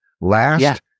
last